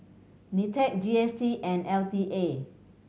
NITEC G S T and L T A